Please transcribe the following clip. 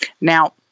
Now